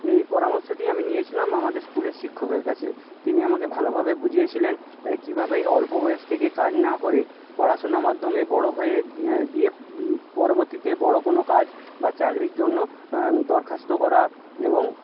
এই পরামর্শটি আমি নিয়েছিলাম আমাদের স্কুলের শিক্ষকের কাছে তিনি আমাকে ভালোভাবে বুঝিয়েছিলেন কীভাবে এই অল্প বয়স থেকে কাজ না করে পড়াশুনোর মাধ্যমে বড়ো হয়ে দিয়ে পরবর্তীতে বড়ো কোনো কাজ বা চাকরির জন্য দরখাস্ত করা এবং